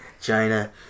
China